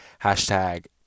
Hashtag